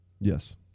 Yes